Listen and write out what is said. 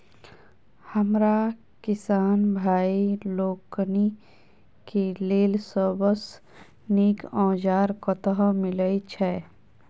हमरा किसान भाई लोकनि केँ लेल सबसँ नीक औजार कतह मिलै छै?